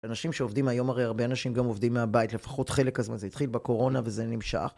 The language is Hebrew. אנשים שעובדים, היום הרי הרבה אנשים גם עובדים מהבית, לפחות חלק, זה התחיל בקורונה וזה נמשך.